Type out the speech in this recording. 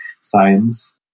science